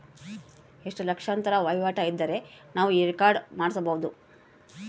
ಎಷ್ಟು ಲಕ್ಷಾಂತರ ವಹಿವಾಟು ಇದ್ದರೆ ನಾವು ಈ ಕಾರ್ಡ್ ಮಾಡಿಸಬಹುದು?